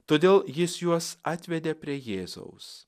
todėl jis juos atvedė prie jėzaus